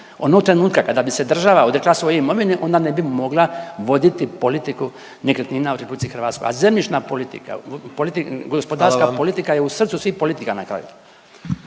Onog trenutka kada bi se država odrekla svoje imovine ona ne bi mogla voditi politiku nekretnina u RH, a zemljišna politika, gospodarska politika…/Upadica predsjednik: Hvala